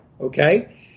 okay